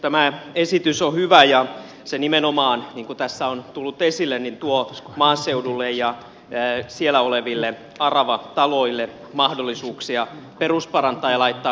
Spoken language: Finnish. tämä esitys on hyvä ja se nimenomaan niin kuin tässä on tullut esille tuo maaseudulle ja siellä olevilla aravataloille mahdollisuuksia perusparantaa ja laittaa kuntoon niitä